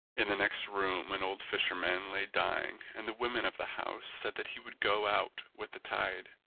in the next room an old fisherman lay dying and the women of the house said that he would go out with the tide.